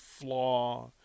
flaw